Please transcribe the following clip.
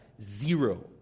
zero